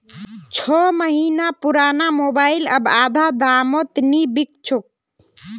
छो महीना पुराना मोबाइल अब आधा दामत नी बिक छोक